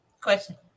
question